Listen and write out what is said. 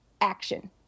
action